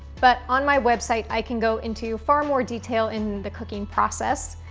but, on my website i can go into far more detail in the cooking process,